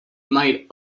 might